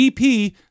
EP